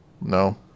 No